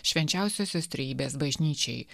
švenčiausiosios trejybės bažnyčiai